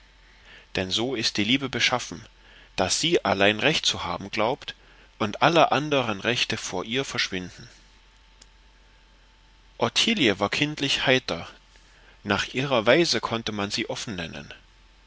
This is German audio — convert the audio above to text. denn so ist die liebe beschaffen daß sie allein recht zu haben glaubt und alle anderen rechte vor ihr verschwinden ottilie war kindlich heiter nach ihrer weise konnte man sie offen